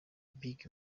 big